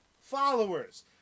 followers